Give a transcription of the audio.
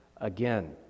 again